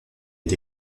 été